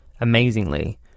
Amazingly